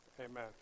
Amen